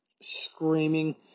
screaming